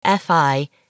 FI